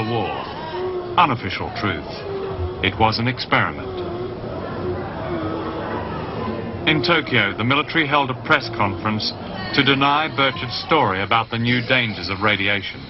the war on official it was an experiment in tokyo the military held a press conference to deny purchase story about a new dangers of radiation